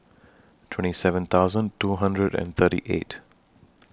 twenty seven thousand two hundred and thirty eight